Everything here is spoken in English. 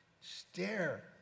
stare